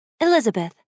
Elizabeth